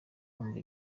kumva